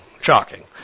Shocking